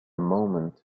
moment